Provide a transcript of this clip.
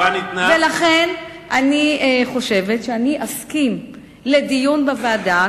ולכן אני חושבת שאני אסכים לדיון בוועדה,